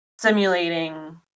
simulating